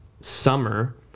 summer